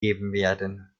werden